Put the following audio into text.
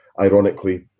ironically